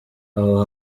aho